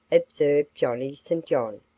observed johnny st. john.